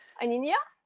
aninia.